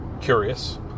curious